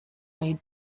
made